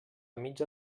mitja